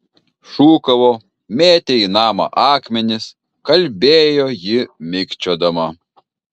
šūkavo mėtė į namą akmenis kalbėjo ji mikčiodama